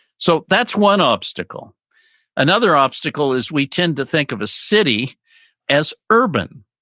so that's one obstacle another obstacle is we tend to think of a city as urban,